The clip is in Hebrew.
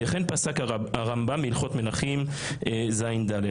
לכן פסק הרמב"ם הלכות מלכים ז'(ד).